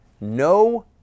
No